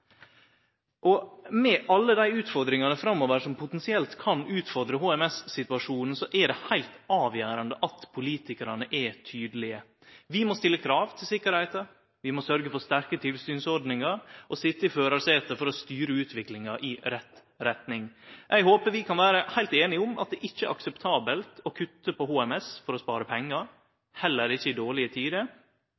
Med alle dei utfordringane framover som potensielt kan utfordre HMT-situasjonen, er det heilt avgjerande at politikarane er tydelege. Vi må stille krav til sikkerheita, vi må sørgje for sterke tilsynsordningar og sitje i førarsetet for å styre utviklinga i rett retning. Eg håper vi kan vere heilt einige om at det ikkje er akseptabelt å kutte i HMT for å spare pengar,